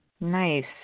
Nice